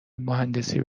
مهندسی